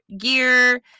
gear